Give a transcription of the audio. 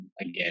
again